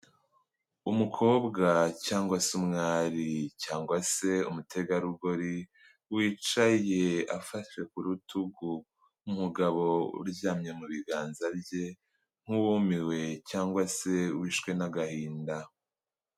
Umukobwa cyangwa se umwari cyangwa se umutegarugori, wicaye afashe ku rutugu umugabo uryamye mu biganza bye nk'uwumiwe cyangwa se wishwe n'agahinda.